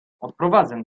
odprowadzę